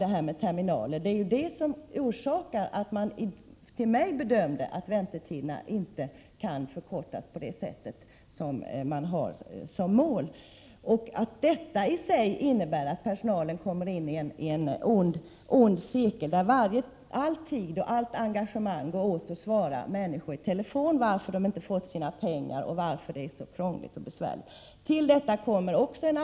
Problemet med terminalerna är, enligt vad man sade till mig, orsaken till att man bedömer att väntetiderna inte kan förkortas på det sätt som eftersträvas. Därigenom kommer personalen in i en ond cirkel. All tid och allt engagemang går åt till att svara människor i telefon, eftersom det kommer samtal med frågor om varför pengarna inte har betalats ut och varför det är så krångligt.